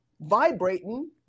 vibrating